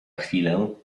chwilę